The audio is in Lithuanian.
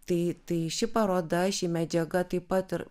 tai tai ši paroda ši medžiaga taip pat ir